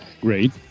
Great